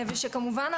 כמובן,